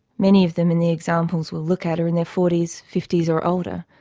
many of them in the examples we'll look at are in their forty s, fifty s or older,